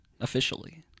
officially